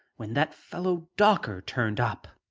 when that fellow dawker turned up.